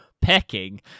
Pecking